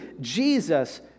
Jesus